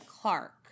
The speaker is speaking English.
Clark